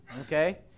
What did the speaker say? Okay